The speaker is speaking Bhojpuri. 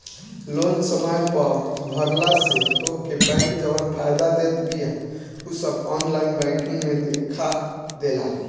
लोन समय पअ भरला से तोहके बैंक जवन फायदा देत बिया उ सब ऑनलाइन बैंकिंग में देखा देला